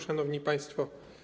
Szanowni Państwo!